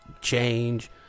change